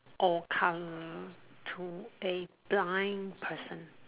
or colour to a blind person